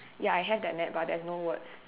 ya I have that net but there's no words